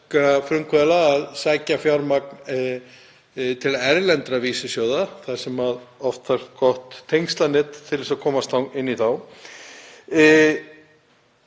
frumkvöðla að sækja fjármagn til erlendra vísisjóða þar sem það þarf gott tengslanet til þess að komast inn í þá.